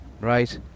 right